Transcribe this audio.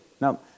Now